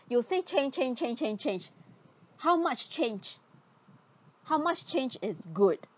you say change change change change change how much change how much change is good